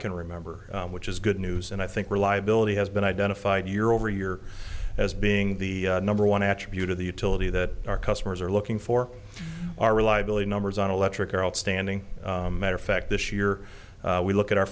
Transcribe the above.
can remember which is good news and i think reliability has been identified year over year as being the number one attribute of the utility that our customers are looking for our reliability numbers on electric our outstanding matter fact this you're we look at our